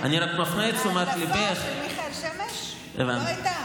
ההדלפה של מיכאל שמש, לא היה.